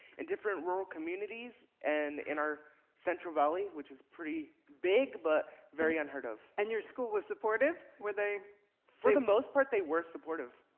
in different rural communities, and in our central valley, which is pretty big, but very unheard of. and your school was supportive? were they for the most part, they were supportive.